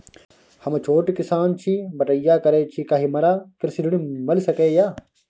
हम छोट किसान छी, बटईया करे छी कि हमरा कृषि ऋण मिल सके या?